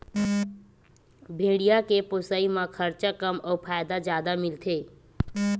भेड़िया के पोसई म खरचा कम अउ फायदा जादा मिलथे